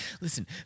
listen